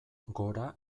gora